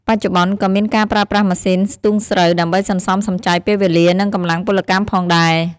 បច្ចុប្បន្ន ក៏មានការប្រើប្រាស់ម៉ាស៊ីនស្ទូងស្រូវ ដើម្បីសន្សំសំចៃពេលវេលា និងកម្លាំងពលកម្មផងដែរ។